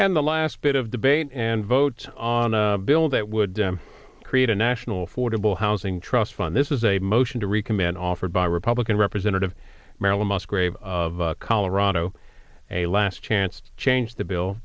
and the last bit of debate and votes on a bill that would create a national fordable housing trust fund this is a motion to recommit offered by republican representative marilyn musgrave of colorado a last chance to change the bill